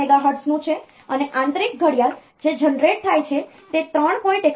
25 megahertz નું છે અને આંતરિક ઘડિયાળ જે જનરેટ થાય છે તે 3